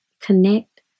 Connect